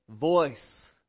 voice